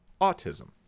autism